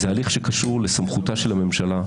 זה הליך שקשור לסמכותה של הממשלה.